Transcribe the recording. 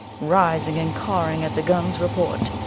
rising and cawing at the gun's report,